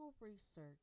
research